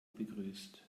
begrüßt